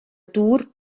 dŵr